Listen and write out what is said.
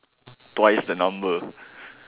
twice the number